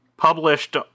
published